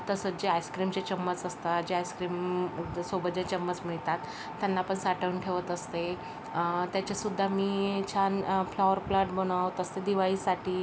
तसंच जे आयस्क्रीमचे चम्मच असतात जे आयस्क्रीम यांच्यासोबत जे चम्मच मिळतात त्यांना पण साठवून ठेवत असते त्याचेसुद्धा मी छान फ्लॉवरप्लॉट बनवत असते दिवाळीसाठी